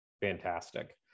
Fantastic